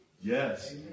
Yes